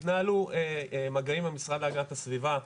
התנהלו מגעים עם המשרד להגנת הסביבה,